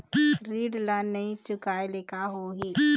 ऋण ला नई चुकाए ले का होही?